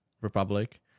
Republic